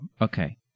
okay